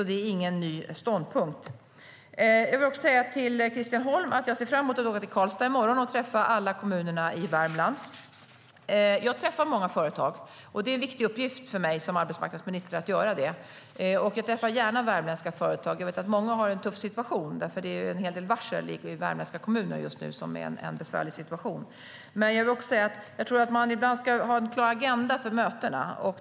Det är ingen ny ståndpunkt. Man bör ha en klar agenda för mötena.